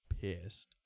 pissed